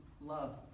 love